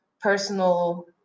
personal